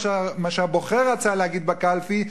מה שהבוחר רצה להגיד בקלפי,